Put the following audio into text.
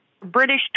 British